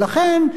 לכן,